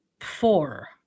four